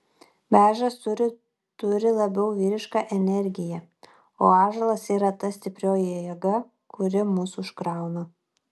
beržas turi turi labiau vyrišką energiją o ąžuolas yra ta stiprioji jėga kuri mus užkrauna